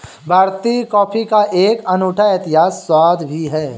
भारतीय कॉफी का एक अनूठा ऐतिहासिक स्वाद भी है